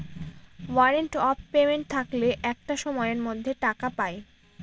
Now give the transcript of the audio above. warrant of payment থাকলে একটা সময়ের মধ্যে টাকা পায়